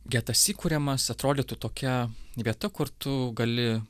getas įkuriamas atrodytų tokia vieta kur tu gali